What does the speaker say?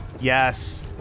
Yes